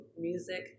music